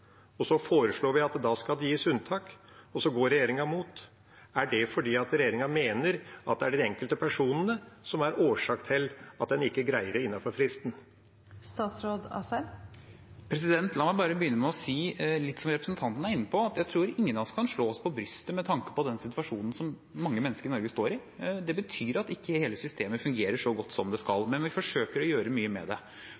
Så foreslår vi at da skal det gis unntak, og så går regjeringen imot. Er det fordi regjeringen mener at det er de enkelte personene som er årsak til at en ikke greier det innenfor fristen? La meg bare begynne å si, litt som representanten er inne på, at jeg tror ingen av oss kan slå oss for brystet med tanke på den situasjonen som mange mennesker i Norge står i. Det betyr at ikke hele systemet fungerer så godt som det skal,